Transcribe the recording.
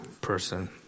person